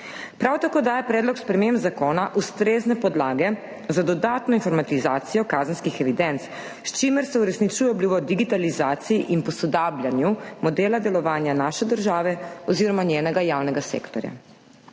Prav tako daje predlog sprememb zakona ustrezne podlage za dodatno informatizacijo kazenskih evidenc, s čimer se uresničuje obljuba o digitalizaciji in posodabljanju modela delovanja naše države oziroma njenega javnega sektorja.